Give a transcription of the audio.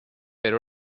per